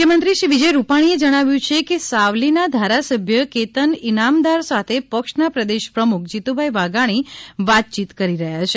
મુખ્ય મંત્રી શ્રી વિજય રૂપાણીએ જણાવ્યું છે કે સાવલીના ધારાસભ્ય કેતન ઇનામદાર સાથે પક્ષના પ્રદેશ પ્રમુખ જીતુભાઇ વાઘાણી વાતયીત કરી રહ્યા છે